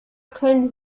können